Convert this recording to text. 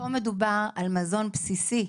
פה מדובר על מזון בסיסי,